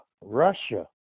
Russia